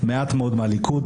מעט מאוד מהליכוד,